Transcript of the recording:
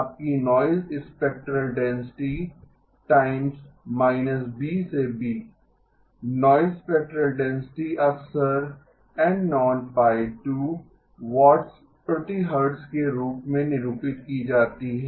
आपकी noise spectral density times B से B noise spectral density अक्सर N 02 वाट्स प्रति हर्ट्ज के रूप में निरूपित की जाती है